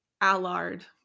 Allard